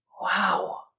Wow